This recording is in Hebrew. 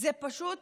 אנחנו פשוט